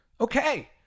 Okay